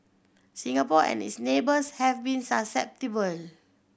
Singapore and its neighbours have been susceptible